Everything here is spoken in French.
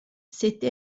cette